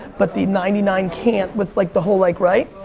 but the ninety nine can't with like the whole like, right?